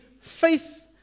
faith